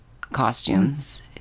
costumes